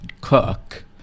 cook